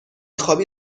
خوابی